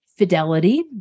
Fidelity